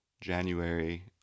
January